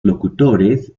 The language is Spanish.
locutores